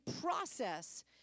process